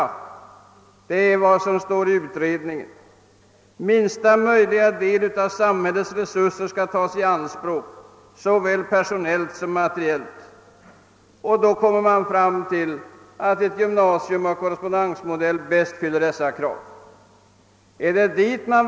Det är i överensstämmelse med vad som sägs i utredningen: minsta möjliga andel av samhällets resurser såväl personellt som materiellt skall tas i anspråk. Då kommer man givetvis fram till att ett gymnasium av korrespondensmodell är det som bäst uppfyller kraven.